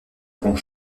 pont